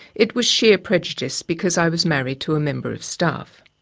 it was sheer prejudice because i was married to a member staff.